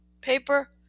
paper